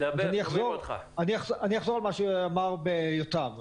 אני אחזור על מה שאמר יותם,